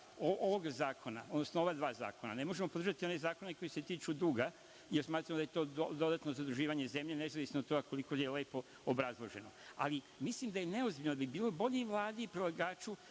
podržati intenciju ova dva zakona, ali ne možemo podržati one zakone koji se tiču duga, jer smatramo da je to dodatno zaduživanje zemlje nezavisno od toga koliko je lepo obrazloženo. Mislim da je neozbiljno i da bi bilo bolje Vladi i predlagaču